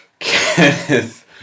Kenneth